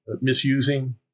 misusing